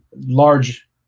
large